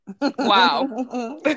Wow